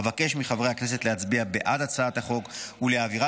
אבקש מחברי הכנסת להצביע בעד הצעת החוק ולהעבירה